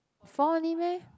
four only meh